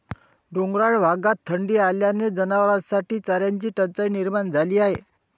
डोंगराळ भागात थंडी असल्याने जनावरांसाठी चाऱ्याची टंचाई निर्माण झाली आहे